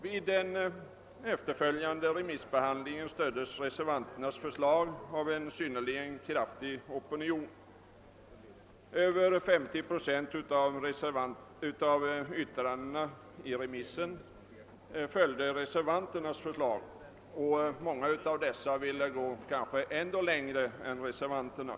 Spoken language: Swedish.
Vid den efterföljande remissbehandlingen stöddes reservanternas förslag av en synnerligen kraftig opinion. I över 50 procent av yttrandena följde man reservanternas förslag, och många remissinstanser ville gå ändå längre än reservanterna.